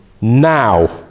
now